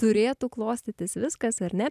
turėtų klostytis viskas ar ne